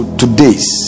today's